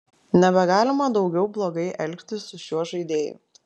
nebegalima daugiau blogai elgtis su šiuo žaidėju